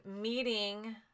meeting